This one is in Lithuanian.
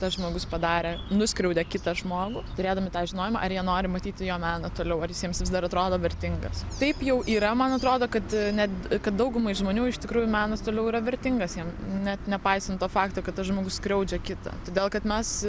tas žmogus padarė nuskriaudė kitą žmogų turėdami tą žinojimą ar jie nori matyti jo meną toliau ar jis jiems vis dar atrodo vertingas taip jau yra man atrodo kad net kad daugumai žmonių iš tikrųjų menas toliau yra vertingas jiem net nepaisant to fakto kad tas žmogus skriaudžia kitą todėl kad mes